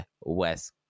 West